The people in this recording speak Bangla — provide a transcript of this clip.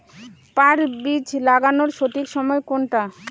পাট বীজ লাগানোর সঠিক সময় কোনটা?